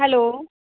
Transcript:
hello